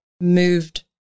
moved